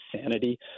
sanity